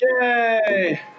Yay